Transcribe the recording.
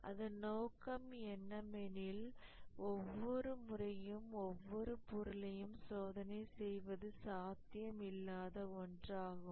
அதன் நோக்கம் என்னவெனில் ஒவ்வொரு முறையும் ஒவ்வொரு பொருளையும் சோதனை செய்வது சாத்தியம் இல்லாத ஒன்றாகும்